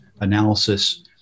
analysis